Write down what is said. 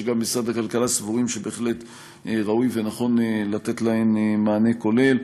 שגם במשרד הכלכלה סבורים שבהחלט ראוי ונכון לתת להן מענה כולל.